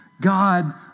God